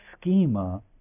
schema